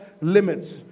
limits